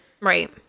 Right